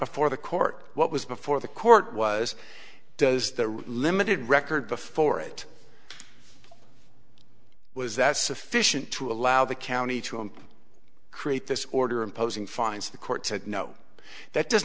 before the court what was before the court was does that limited record before it was that sufficient to allow the county to create this order imposing fines the court said no that does